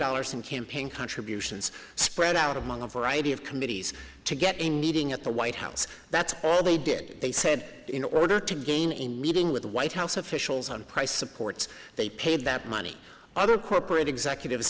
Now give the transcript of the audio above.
dollars in campaign contributions spread out among a variety of committees to get a meeting at the white house that's all they did they said in order to gain a meeting with white house officials on price supports they paid that money other corporate executives